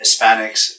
Hispanics